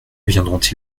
viendront